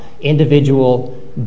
individual